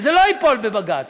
שזה לא ייפול בבג"ץ,